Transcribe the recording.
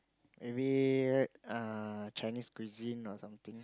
maybe uh Chinese cuisine or something